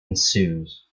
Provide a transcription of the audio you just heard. ensues